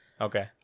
Okay